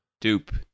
Dupe